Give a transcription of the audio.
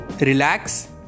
Relax